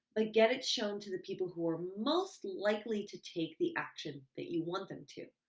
ah get it shown to the people who are most likely to take the action that you want them to.